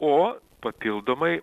o papildomai